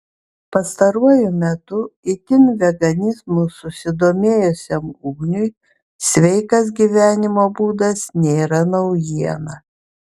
pastaruoju metu itin veganizmu susidomėjusiam ugniui sveikas gyvenimo būdas nėra naujiena